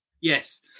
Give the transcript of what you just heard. Yes